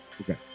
Okay